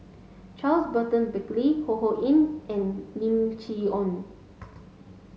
Charles Burton Buckley Ho Ho Ying and Lim Chee Onn